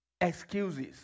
Excuses